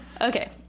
Okay